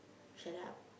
shut up